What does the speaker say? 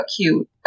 cute